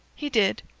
he did.